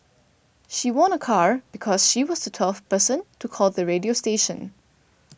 she won a car because she was the twelfth person to call the radio station